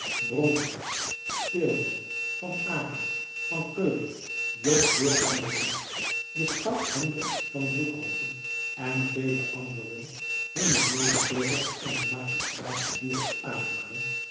bronkhorst speelman van aecken van keulen jonkheer van der does de schout hendrick van broeckhoven en vele anderen hunne medeburgers en den magistraat gedurig aanmanen